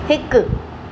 हिकु